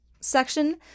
section